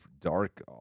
dark